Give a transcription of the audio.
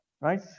right